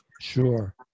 Sure